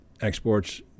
exports